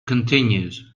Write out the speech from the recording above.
continues